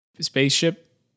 spaceship